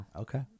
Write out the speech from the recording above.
Okay